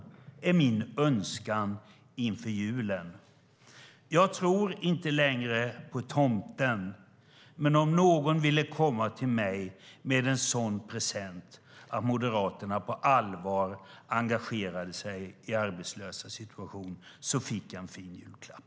Detta är min önskan inför julen. Jag tror inte längre på tomten, men om någon ville komma till mig med presenten att Moderaterna på allvar engagerade sig i arbetslösas situation fick jag en fin present.